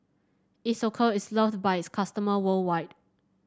Isocal is loved by its customer worldwide